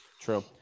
True